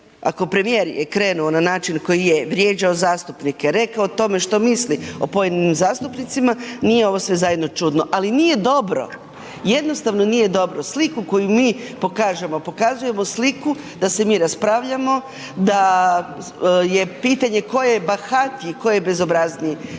ako premijer je krenuo na način na koji je vrijeđao zastupnike, rekao o tome što misli o pojedinim zastupnicima, nije ovo sve zajedno čudno ali nije dobro, jednostavno nije dobro. Sliku koju mi pokažemo, pokazujemo sliku da se mir raspravljamo, da je pitanje koji je bahatiji, ko je bezobrazniji,